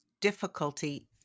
difficulty